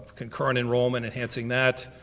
concurrent enrollment, enhancing that.